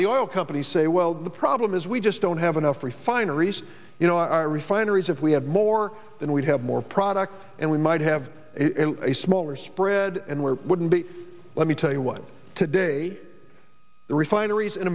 the oil companies say well the problem is we just don't have enough refineries in our refineries if we have more than we have more product and we might have a smaller spread and we're wouldn't be let me tell you one today the refineries in